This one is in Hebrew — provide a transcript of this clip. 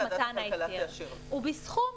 אם ועדת הכלכלה תאשר זאת.